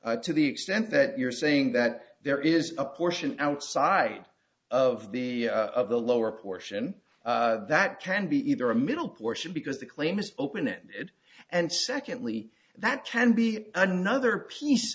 to the extent that you're saying that there is a portion outside of the of the lower portion that can be either a middle portion because the claim is open ended and secondly that can be another piece